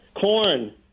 corn